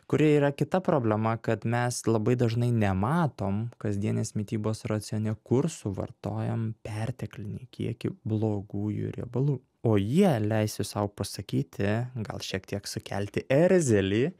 kuri yra kita problema kad mes labai dažnai nematom kasdienės mitybos racione kur suvartojam perteklinį kiekį blogųjų riebalų o jie leisiu sau pasakyti gal šiek tiek sukelti erzelį